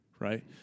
right